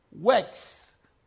works